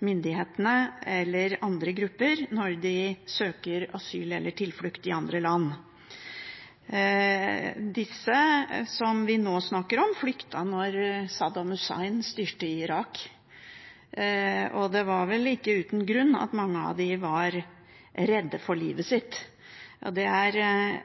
myndighetene eller andre grupper når de søker asyl eller tilflukt i andre land. Disse som vi nå snakker om, flyktet da Saddam Hussein styrte i Irak, og det var vel ikke uten grunn at mange av dem var redde for livet sitt. Det er